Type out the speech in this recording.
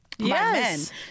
yes